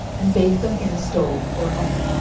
and bake them in a stove or oven.